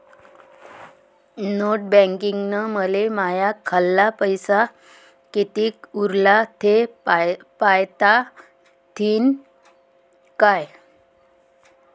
Net बँकिंगनं मले माह्या खाल्ल पैसा कितीक उरला थे पायता यीन काय?